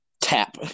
tap